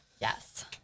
Yes